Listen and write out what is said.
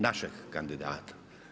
Našeg kandidata.